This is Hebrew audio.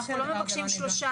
אנחנו לא מבקשים שלושה,